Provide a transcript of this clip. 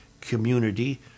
community